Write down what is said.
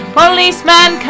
policeman